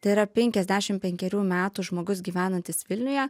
tai yra penkiasdešim penkerių metų žmogus gyvenantis vilniuje